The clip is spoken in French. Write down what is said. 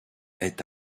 est